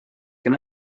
can